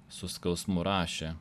su skausmu rašė